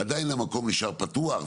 עדיין המקום נשאר פתוח.